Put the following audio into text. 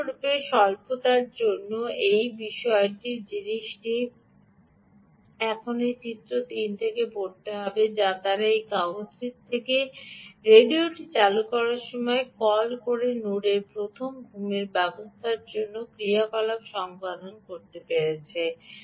সম্পূর্ণরূপে স্বল্পতার জন্য যে এই বিশেষ জিনিসটি এখানে এই চিত্র 3 থেকে পড়তে পারে যা তারা এই কাগজটি থেকে রেডিওটি চালু করার সময় কল করে নোডকে প্রথমে ঘুমের অবস্থায় নোডের ক্রিয়াকলাপ সম্পাদন করতে হবে